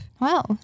Wow